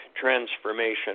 transformation